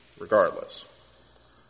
regardless